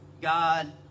God